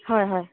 হয় হয়